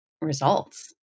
results